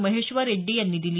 महेश्वर रेड्डी यांनी दिली